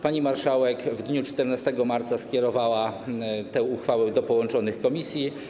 Pani marszałek w dniu 14 marca skierowała tę uchwałę do połączonych komisji.